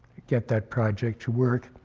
get that project to work.